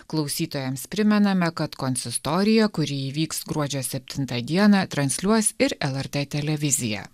klausytojams primename kad konsistoriją kuri įvyks gruodžio septintą dieną transliuos ir lrt televizija